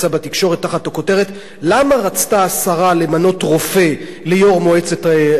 תחת הכותרת: למה רצתה השרה למנות רופא ליושב-ראש מועצת העתיקות?